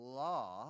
law